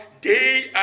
day